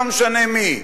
לא משנה מי,